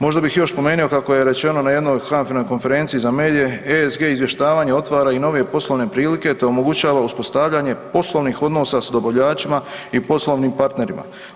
Možda bih još spomenuo kako je rečeno na jedno HANFA-inoj konferenciji za medije, ESG izvještavanja otvara i nove poslovne prilike te omogućava uspostavljanje poslovnih odnosa s dobavljačima i poslovnim partnerima.